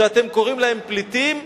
שאתם קוראים להם פליטים,